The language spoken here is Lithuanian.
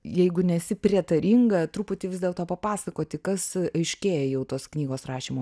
jeigu nesi prietaringa truputį vis dėlto papasakoti kas aiškėja jau tos knygos rašymo